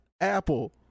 Apple